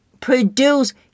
produce